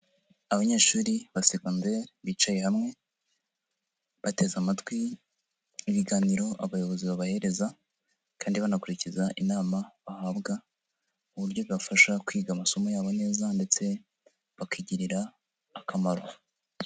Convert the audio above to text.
Abanyeshuri ba segonderi bicaye hamwe bateze amatwi ibiganiro abayobozi babahereza kandi banakurikiza inama bahabwa mu buryo bwabafasha kwiga amasomo yabo neza ndetse bakigirira akamaro.